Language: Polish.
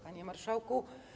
Panie Marszałku!